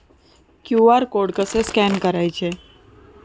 QR code कसे scan करायचे?